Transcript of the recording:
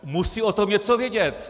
Musí o tom něco vědět.